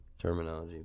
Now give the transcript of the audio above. terminology